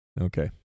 Okay